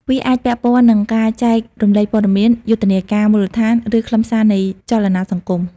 វាអាចពាក់ព័ន្ធនឹងការចែករំលែកព័ត៌មាន យុទ្ធនាការមូលដ្ឋាន ឬខ្លឹមសារនៃចលនាសង្គម។